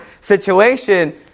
situation